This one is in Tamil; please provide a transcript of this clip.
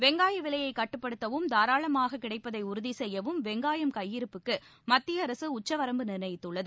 வெங்காய விலையைக் கட்டுப்படுத்தவும் தாராளமாக கிடைப்பதை உறுதி செய்யவும் வெங்காயம் கையிருப்புக்கு மத்திய அரசு உச்சவரம்பு நிர்ணயித்துள்ளது